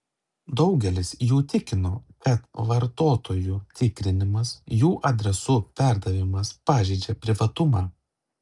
daugelis jų tikino kad vartotojų tikrinimas jų adresų perdavimas pažeidžia privatumą